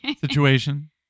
situation